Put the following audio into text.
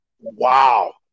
wow